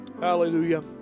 Hallelujah